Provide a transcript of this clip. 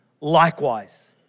likewise